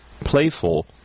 playful